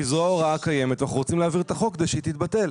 כי זו ההוראה הקיימת ואנחנו רוצים להעביר את החוק כדי שהיא תתבטל.